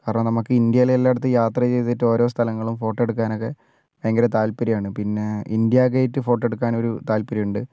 കാരണം നമുക്ക് ഇന്ത്യയിൽ എല്ലായിടത്തും യാത്ര ചെയ്തിട്ടോരോ സ്ഥലങ്ങളും ഫോട്ടോയെടുക്കാനൊക്കെ ഭയങ്കര താത്പര്യമാണ് പിന്നെ ഇന്ത്യാ ഗേറ്റ് ഫോട്ടോ എടുക്കാനൊരു താത്പര്യം ഉണ്ട്